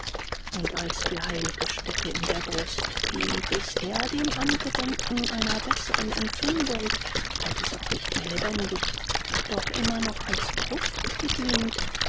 und als die heil'ge stätte in der brust die bisher dem angedenken einer besseren empfindung war diese auch nicht mehr lebendig doch immer noch als gruft gedient